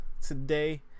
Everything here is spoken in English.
Today